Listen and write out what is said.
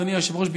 אדוני היושב-ראש,